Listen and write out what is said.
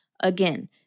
Again